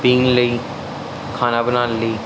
ਪੀਣ ਲਈ ਖਾਣਾ ਬਣਾਉਣ ਲਈ